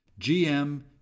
GM